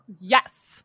Yes